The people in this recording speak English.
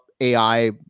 AI